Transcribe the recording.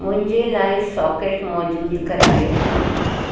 मुंहिंजे लाइ सॉकेट मौज़ूदु करायो